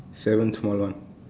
seven small one